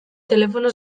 telefono